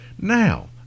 now